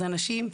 אנשים,